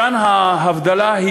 כאן ההבדלה,